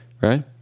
Right